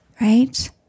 right